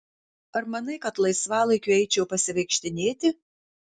ar manai kad laisvalaikiu eičiau pasivaikštinėti